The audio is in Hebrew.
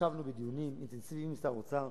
ישבנו בדיונים אינטנסיביים עם שר האוצר.